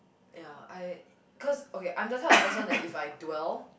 ya I cause okay I'm that kind of person if I do well